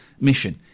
mission